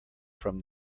from